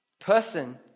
person